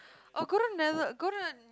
oh go to Nether~ go to the